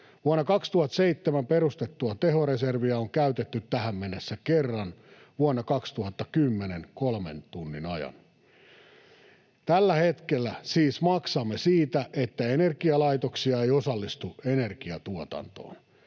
Vuonna 2007 perustettua tehoreserviä on käytetty tähän mennessä kerran, vuonna 2010 kolmen tunnin ajan. Tällä hetkellä siis maksamme siitä, että energialaitoksia ei osallistu energiatuotantoon.